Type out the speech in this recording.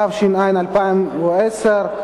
התש"ע 2010,